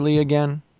again